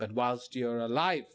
but whilst you're alive